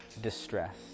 distress